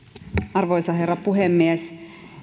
arvoisa herra puhemies